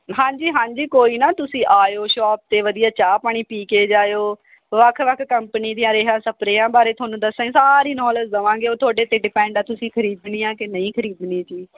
ਹਾਂਜੀ ਹਾਂਜੀ ਕੋਈ ਨਾ ਤੁਸੀਂ ਆਇਓ ਸ਼ੌਪ 'ਤੇ ਵਧੀਆ ਚਾਹ ਪਾਣੀ ਪੀ ਕੇ ਜਾਇਓ ਵੱਖ ਵੱਖ ਕੰਪਨੀ ਦੀਆਂ ਰੇਹਾਂ ਸਪ੍ਰੇਹਾਂ ਬਾਰੇ ਤੁਹਾਨੂੰ ਦੱਸਾਂਗੇ ਸਾਰੀ ਨੌਲੇਜ ਦੇਵਾਂਗੇ ਉਹ ਤੁਹਾਡੇ 'ਤੇ ਡਿਪੈਂਡ ਆ ਤੁਸੀਂ ਖਰੀਦਣੀ ਆ ਕਿ ਨਹੀਂ ਖਰੀਦਣੀ ਜੀ